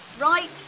Right